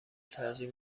ترجیح